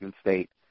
State